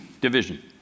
Division